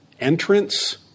entrance